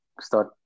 start